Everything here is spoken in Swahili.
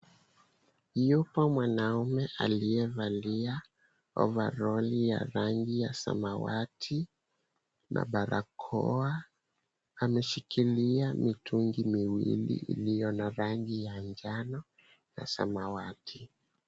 Yupo mwanaume aliyevalia ovaroli ya rangi ya samawati na barakoa ameshikilia mitungi miwili iliyo na rangi ya njano na samawati.